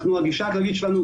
הגישה שלנו,